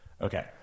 Okay